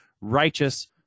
righteous